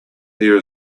there